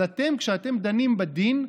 אז אתם, כשאתם דנים בדין,